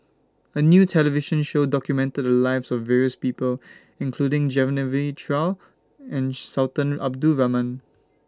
A New television Show documented The Lives of various People including Genevieve Chua and Sultan Abdul Rahman